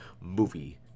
movie